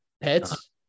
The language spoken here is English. Pets